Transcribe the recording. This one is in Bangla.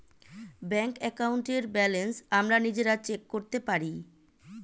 ব্যাংক অ্যাকাউন্টের ব্যালেন্স আমরা নিজেরা চেক করতে পারি